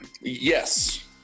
yes